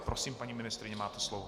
Prosím, paní ministryně, máte slovo.